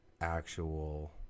actual